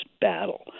battle